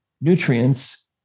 nutrients